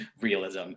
realism